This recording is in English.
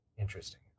Interesting